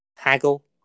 haggle